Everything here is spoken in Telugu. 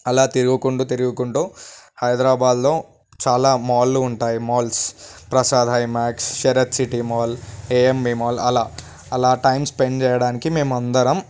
అలా తిరుగుకుంటూ తిరుగుకుంటూ హైదరాబాదులో చాలా మాళ్ళు ఉంటాయి malls Prasad IMAX Sarath city mall AMB mall అలా టైం స్పెండ్ చేయడానికి మేమందరం